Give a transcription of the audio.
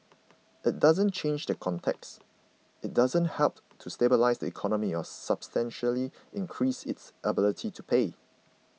it doesn't change the context it doesn't help to stabilise the economy or substantially increase its ability to pay